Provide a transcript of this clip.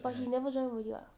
but he never join already [what]